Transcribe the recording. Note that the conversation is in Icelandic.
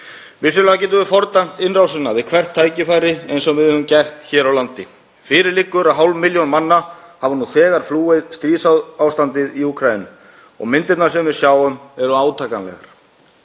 Vissulega getum við fordæmt innrásina við hvert tækifæri eins og við höfum gert hér á landi. Fyrir liggur að hálf milljón manna hefur nú þegar flúið stríðsástandið í Úkraínu og myndirnar sem við sjáum eru átakanlegar.